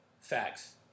Facts